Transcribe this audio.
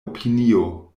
opinio